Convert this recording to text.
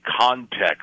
context